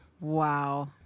Wow